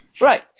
Right